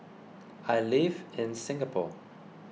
I live in Singapore